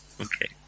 Okay